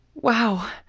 Wow